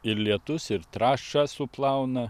ir lietus ir trąšą suplauna